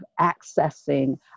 accessing